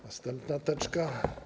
Następna teczka.